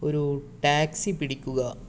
ഒരു ടാക്സി പിടിക്കുക